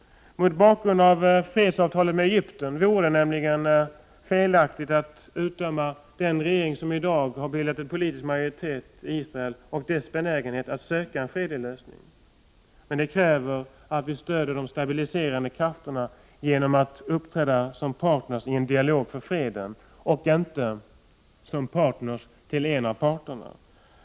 Mot bakgrund av fredsavtalet med Egypten vore det nämligen felaktigt att utdöma den regering som i dag bildat politisk majoritet i Israel och denna regerings benägenhet att söka en fredlig lösning. Detta kräver att vi stödjer de stabiliserande krafterna genom att uppträda som partner i en dialog för freden och inte som partner till en av parterna.